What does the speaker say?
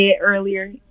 earlier